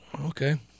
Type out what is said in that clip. Okay